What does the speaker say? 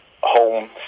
home